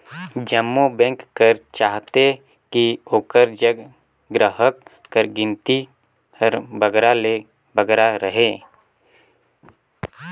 जम्मो बेंक हर चाहथे कि ओकर जग गराहक कर गिनती हर बगरा ले बगरा रहें